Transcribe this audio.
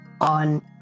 on